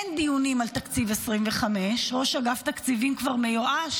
אין דיונים על תקציב 2025. ראש אגף התקציבים כבר מיואש,